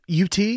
UT